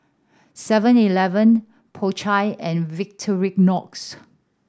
Seven Eleven Po Chai and Victorinox